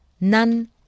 None